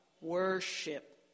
Worship